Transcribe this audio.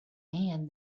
man